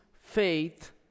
faith